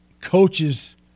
coaches –